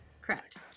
Correct